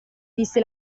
disse